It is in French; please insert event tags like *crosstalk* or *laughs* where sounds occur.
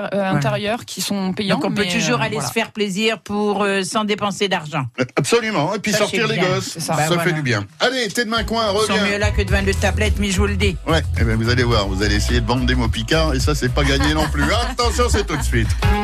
Euh, Voilà. intérieurs qui sont Donc, payants, on peut mais, toujours euh, aller se voilà. faire plaisir pour, euh, sans dépenser d'argent. Absolument, et puis Ça, sortir c'est les bien. gosses, C'est ça. Bah, ça fait voilà. du bien. Allez, t'es de ma coin, Ils sont reviens. mieux là que de vendre le tablette, mais je vous le dis. Ouais, eh ben, vous allez voir, vous allez essayer de vendre des mots picards, et ça, c'est pas gagné non plus. *laughs* Attention, c'est tout de suite.